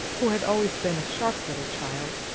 who had always been a sharp little child,